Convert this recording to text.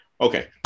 Okay